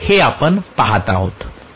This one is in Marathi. हे आपण पहात आहोत